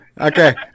Okay